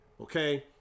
okay